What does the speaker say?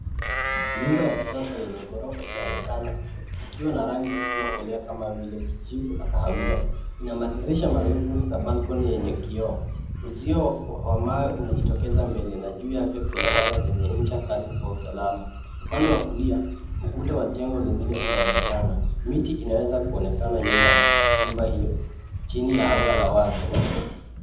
Nyumba ya kisasa yenye ghorofa inaonekana ikiwa na rangi zisizokolea kama vile kijivu na kahawia. Ina madirisha marefu na balkoni yenye kioo. Uzio wa mawe unajitokeza mbele na juu yake kuna waya zenye ncha kali kwa usalama. Upande wa kulia ukuta wa jengo lingine unaonekana. Miti inaweza kuonekana nyuma ya nyumba hiyo chini ya anga la wazi.